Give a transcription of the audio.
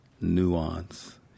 nuance